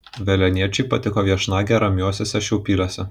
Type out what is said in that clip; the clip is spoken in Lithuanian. veliuoniečiui patiko viešnagė ramiuosiuose šiupyliuose